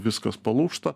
viskas palūžta